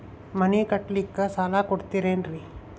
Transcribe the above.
ಮನಿ ಕಟ್ಲಿಕ್ಕ ಸಾಲ ಕೊಡ್ತಾರೇನ್ರಿ?